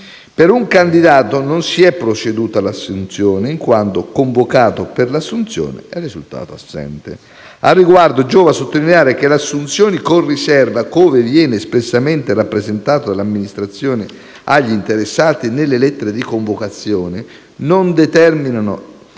Per un candidato non si è proceduto all'assunzione, in quanto convocato per l'assunzione, è risultato assente. Al riguardo, giova sottolineare che le assunzioni con riserva, come viene espressamente rappresentato dall'amministrazione agli interessati nelle lettere di convocazione, non determinano